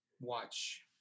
watch